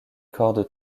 cordes